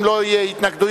ואם לא יהיו התנגדויות,